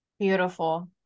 Beautiful